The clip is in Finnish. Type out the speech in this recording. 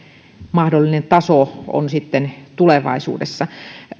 mahdollinen taso on tulevaisuudessa